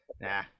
nah